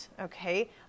Okay